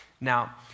Now